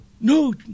no